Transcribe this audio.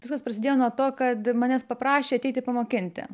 viskas prasidėjo nuo to kad manęs paprašė ateiti pamokinti